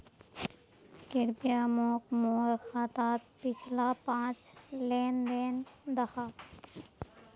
कृप्या मोक मोर खातात पिछला पाँच लेन देन दखा